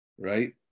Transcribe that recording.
right